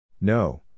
No